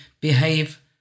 behave